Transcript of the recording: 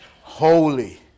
holy